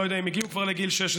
אני לא יודע אם הגיעו כבר לגיל 16,